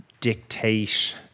dictate